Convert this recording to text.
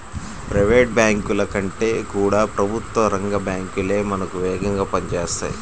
private బ్యాంకుల కంటే కూడా ప్రభుత్వ రంగ బ్యాంకు లే మనకు వేగంగా పని చేస్తాయి